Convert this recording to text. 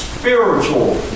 Spiritual